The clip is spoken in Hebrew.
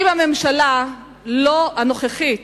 אם הממשלה הנוכחית